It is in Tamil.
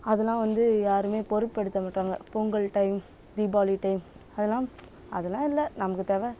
அதலாம் வந்து யாருமே பொருட்படுத்த மாட்டாங்க பொங்கல் டைம் தீபாவளி டைம் அதெல்லாம் அதெல்லாம் இல்லை நமக்கு தேவை